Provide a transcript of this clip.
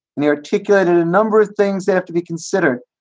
and particularly to and a number of things that have to be considered.